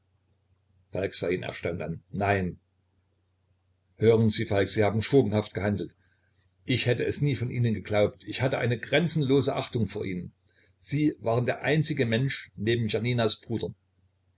ihn erstaunt an nein hören sie falk sie haben schurkenhaft gehandelt ich hätte es nie von ihnen geglaubt ich hatte eine grenzenlose achtung vor ihnen sie waren der einzige mensch neben janinas bruder